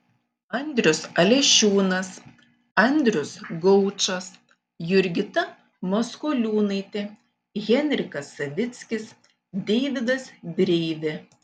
andrius alešiūnas andrius gaučas jurgita maskoliūnaitė henrikas savickis deividas breivė